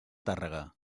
tàrrega